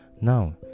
Now